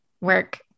work